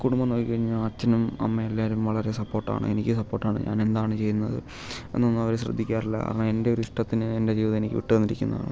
കുടുംബം നോക്കിക്കഴിഞ്ഞാൽ അച്ഛനും അമ്മയും എല്ലാവരും വളരെ സപ്പോർട്ട് ആണ് എനിക്ക് സപ്പോർട്ട് ആണ് ഞാൻ എന്താണ് ചെയ്യുന്നത് എന്നൊന്നും അവർ ശ്രദ്ധിക്കാറില്ല ആ എൻ്റെ ഒരിഷ്ടത്തിന് എൻ്റെ ജീവിതം എനിക്ക് വിട്ട് തന്നിരിക്കുന്നതാണ്